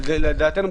לדעתנו,